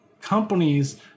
companies